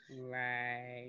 right